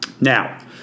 Now